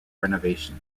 renovation